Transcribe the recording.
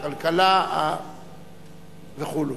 הכלכלה וכו'.